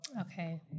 Okay